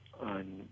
on